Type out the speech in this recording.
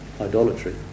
idolatry